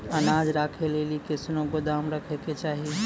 अनाज राखै लेली कैसनौ गोदाम रहै के चाही?